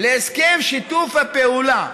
להסכם שיתוף הפעולה